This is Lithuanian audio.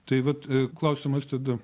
tai vat klausimas tada